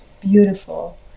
Beautiful